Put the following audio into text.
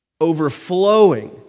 overflowing